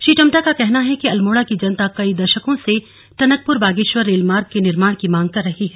श्री टम्टा का कहना है कि अल्मोड़ा की जनता कई दशकों से टनकपुर बागेश्वर रेल मार्ग के निर्माण की मांग कर रही है